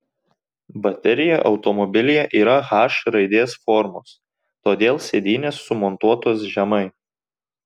baterija automobilyje yra h raidės formos todėl sėdynės sumontuotos žemai